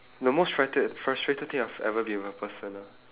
the most frighte~ frustrated thing I've ever been with a person ah